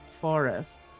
forest